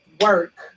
work